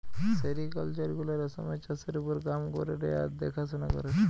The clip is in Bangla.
সেরিকালচার গুলা রেশমের চাষের ওপর কাম করেটে আর দেখাশোনা করেটে